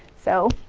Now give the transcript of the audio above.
so